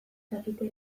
dakite